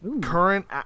Current